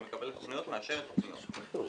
היא מקבלת תכניות ומאשרת תכניות.